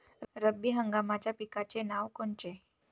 रब्बी हंगामाच्या पिकाचे नावं कोनचे?